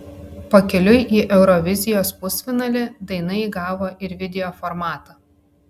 pakeliui į eurovizijos pusfinalį daina įgavo ir video formatą